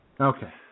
Okay